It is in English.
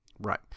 Right